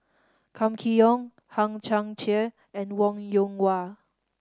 Kam Kee Yong Hang Chang Chieh and Wong Yoon Wah